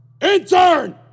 Intern